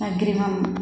अग्रिमम्